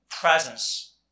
presence